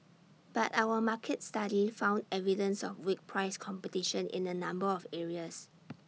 but our market study found evidence of weak price competition in A number of areas